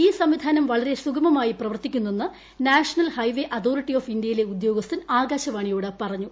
ഈ സംവിധാനം വളരെ സുഗമമായി പ്രവർത്തിക്കുന്നുന്നെ് നാഷണൽ ഹൈവേ അതോറിട്ടി ഓഫ് ഇന്തൃയിലെ ഉദ്യോഗസ്ഥൻ ആകാശവാണിയൊട് പറഞ്ഞു